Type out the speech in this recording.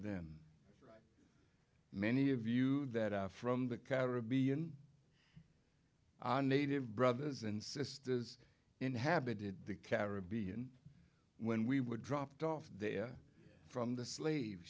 them many of you that are from the caribbean are native brothers and sisters inhabited the caribbean when we were dropped off there from the slave